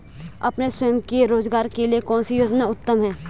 अपने स्वयं के रोज़गार के लिए कौनसी योजना उत्तम है?